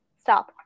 stop